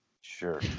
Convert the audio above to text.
Sure